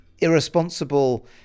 irresponsible